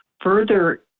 Further